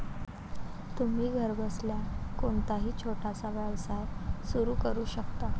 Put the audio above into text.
तुम्ही घरबसल्या कोणताही छोटासा व्यवसाय सुरू करू शकता